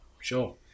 Sure